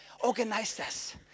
organizers